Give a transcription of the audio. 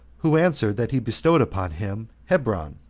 who answered that he bestowed upon him hebron.